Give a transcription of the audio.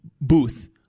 booth